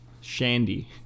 Shandy